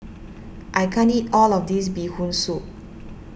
I can't eat all of this Bee Hoon Soup